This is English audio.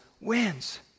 wins